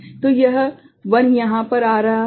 तो यह 1 यहाँ पर आ रहा है 1 और यह 5 भागित 8 है